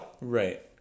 Right